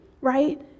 right